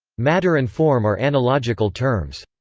matter and form are analogical terms.